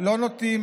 לא נוטים